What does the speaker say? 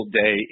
day